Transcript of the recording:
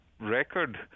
record